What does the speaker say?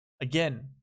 again